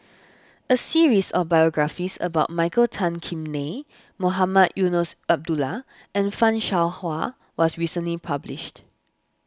a series of biographies about Michael Tan Kim Nei Mohamed Eunos Abdullah and Fan Shao Hua was recently published